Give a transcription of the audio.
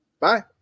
Bye